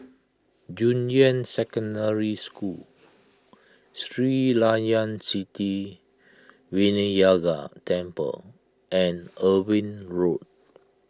Junyuan Secondary School Sri Layan Sithi Vinayagar Temple and Irving Road